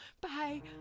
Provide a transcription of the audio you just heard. Bye